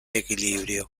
equilibrio